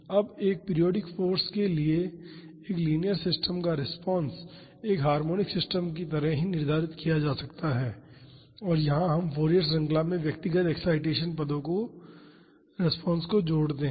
अब एक periodic force के लिए एकलीनियर सिस्टम का रिस्पांस एक हार्मोनिक सिस्टम की तरह ही निर्धारित किया जा सकता है और यहां हम फॉरिएर श्रृंखला में व्यक्तिगत एक्ससॉइटेसन पदों की रेस्पॉन्सेस को जोड़ते हैं